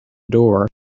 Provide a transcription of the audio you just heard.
door